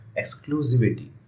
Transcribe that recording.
exclusivity